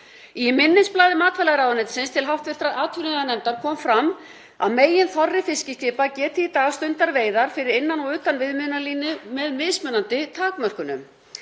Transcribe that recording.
Í minnisblaði matvælaráðuneytisins til hv. atvinnuveganefndar kom fram að meginþorri fiskiskipa geti í dag stundað veiðar fyrir innan og utan viðmiðunarlínu með mismunandi takmörkunum.